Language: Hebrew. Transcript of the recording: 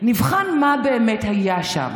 נבחן מה באמת היה שם,